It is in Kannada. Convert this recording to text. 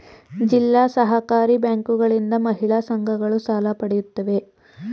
ಜಿಲ್ಲಾ ಸಹಕಾರಿ ಬ್ಯಾಂಕುಗಳಿಂದ ಮಹಿಳಾ ಸಂಘಗಳು ಸಾಲ ಪಡೆಯುತ್ತವೆ